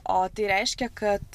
o tai reiškia kad